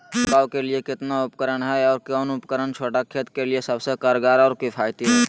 छिड़काव के लिए कितना तरह के उपकरण है और कौन उपकरण छोटा खेत के लिए सबसे कारगर और किफायती है?